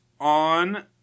on